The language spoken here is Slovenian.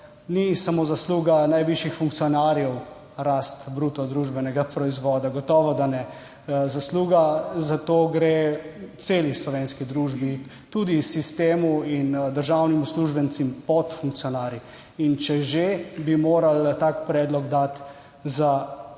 ni samo zasluga najvišjih funkcionarjev, rast bruto družbenega proizvoda, gotovo da ne. Zasluga za to gre celi slovenski družbi, tudi sistemu in državnim uslužbencem pod funkcionarji. In če že, bi morali tak predlog dati za